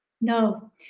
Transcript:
No